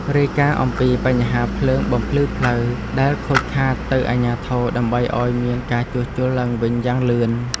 រាយការណ៍អំពីបញ្ហាភ្លើងបំភ្លឺផ្លូវ ដែលខូចខាតទៅអាជ្ញាធរដើម្បីឱ្យមានការជួសជុលឡើងវិញយ៉ាងលឿន។